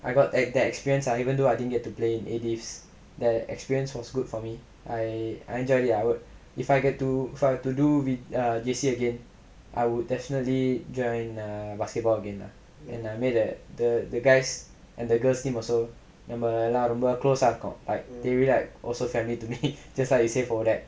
I got like that experience lah even though I didn't get to play in A divs the experience was good for me I I enjoyed it I would if I get to redo err J_C again I will definitely join err basketball again I met the the guys and the girls' team also நம்ம எல்லா ரொம்ப:namma ellaa romba close lah இருக்கோம்:irukkom like they really like closer family to me just like ODAC